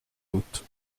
doute